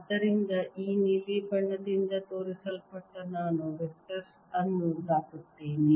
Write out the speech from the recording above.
ಆದ್ದರಿಂದ ಈ ನೀಲಿ ಬಾಣದಿಂದ ತೋರಿಸಲ್ಪಟ್ಟಂತೆ ನಾನು ವೆಕ್ಟರ್ ಅನ್ನು ದಾಟುತ್ತೇನೆ